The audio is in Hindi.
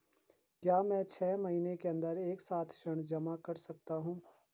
क्या मैं छः महीने के अन्दर एक साथ ऋण जमा कर सकता हूँ?